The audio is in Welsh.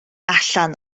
allan